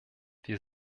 wir